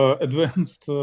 advanced